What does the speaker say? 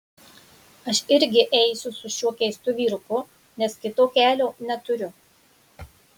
aš irgi eisiu su šiuo keistu vyruku nes kito kelio neturiu